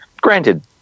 granted